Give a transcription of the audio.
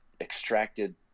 extracted